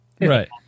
right